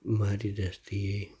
મારી દ્રષ્ટિએ